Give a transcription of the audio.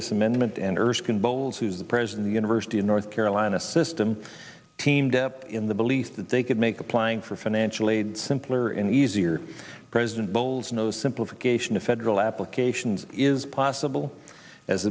this amendment and erskine bowles who's the president the university of north carolina system teamed up in the belief that they could make applying for financial aid simpler and easier president bolzano simplification of federal applications is possible as